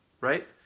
right